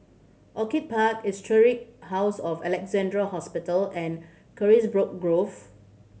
Orchid Park Historic House of Alexandra Hospital and Carisbrooke Grove